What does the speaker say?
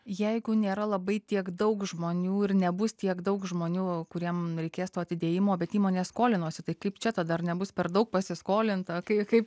jeigu nėra labai tiek daug žmonių ir nebus tiek daug žmonių kuriem reikės to atidėjimo bet įmonė skolinosi tai kaip čia tada ar nebus per daug pasiskolinta kai kaip